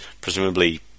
presumably